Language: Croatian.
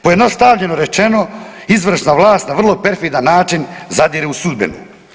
Pojednostavljeno rečeno izvršna vlast na vrlo perfidan način zadire u sudbenu.